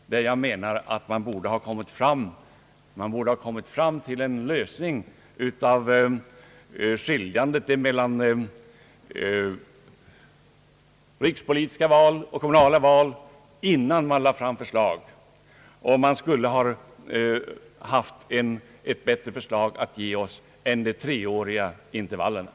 Jag menar nämligen att man borde ha kommit fram till en lösning beträffande skiljandet mellan rikspolitiska val och kommunala val innan man lade fram förslaget. Vi borde då också ha fått ett bättre förslag än det om de treåriga intervallerna.